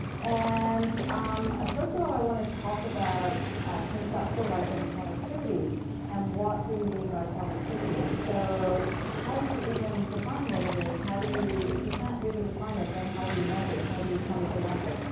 and um ah first of all, i want to talk about conceptualizing productivity and what do we mean by productivity. so how do you even define what it is? how do you, if you can't really define it, then how do you measure it? how do you come at the metric?